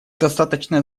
достаточно